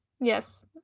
Yes